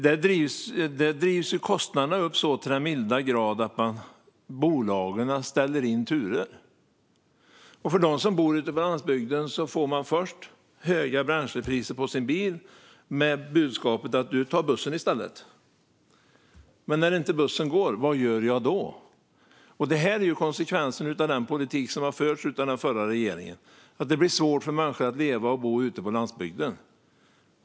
Där drivs kostnaderna upp till den milda grad att bolagen ställer in turer. De som bor ute på landsbygden har höga bränslepriser för sina bilar. Och de får budskapet att de kan ta bussen i stället. Men när det inte går någon buss, vad gör man då? Detta är en konsekvens av den politik som har förts av den förra regeringen, alltså att det blir svårt för människor att leva och bo ute på landsbygden.